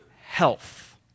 health